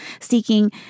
seeking